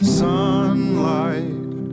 sunlight